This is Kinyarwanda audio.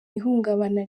ihungabana